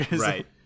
right